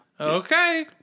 okay